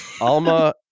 Alma